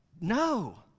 No